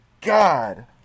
God